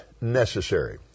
necessary